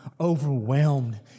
overwhelmed